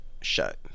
shut